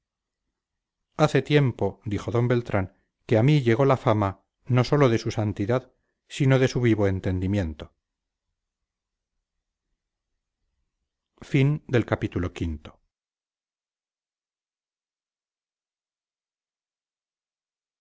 hace tiempo dijo d beltrán que a mí llegó la fama no sólo de su santidad sino de su vivo entendimiento